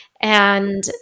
And-